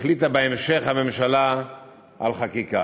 החליטה בהמשך הממשלה על חקיקה.